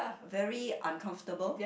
very uncomfortable